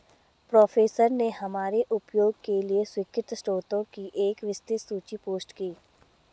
professor ने हमारे उपयोग के लिए स्वीकृत स्रोतों की एक विस्तृत सूची पोस्ट की